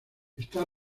esta